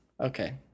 Okay